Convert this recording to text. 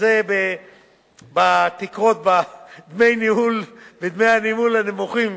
וזה בתקרות בדמי הניהול הנמוכים,